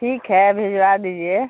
ٹھیک ہے بھجوا دیجیے